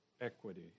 equity